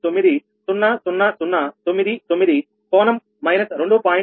99900099 కోణం మైనస్ 2